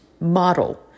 model